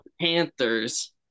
Panthers